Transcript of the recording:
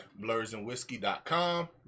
BlursandWhiskey.com